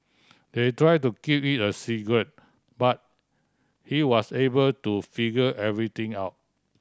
they tried to keep it a secret but he was able to figure everything out